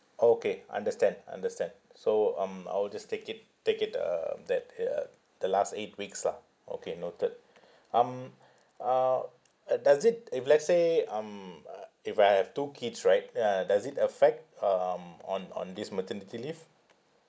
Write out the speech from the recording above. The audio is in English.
okay understand understand so um I will just take it take it um that uh the last eight weeks lah okay noted um uh uh does it if let's say um uh if I have two kids right uh does it affect um on on this maternity leave